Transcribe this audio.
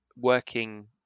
working